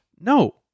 no